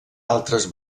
altres